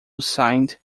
signed